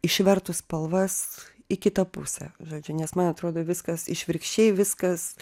išvertus spalvas į kitą pusę žodžiu nes man atrodo viskas išvirkščiai viskas